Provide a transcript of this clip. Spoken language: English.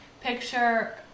Picture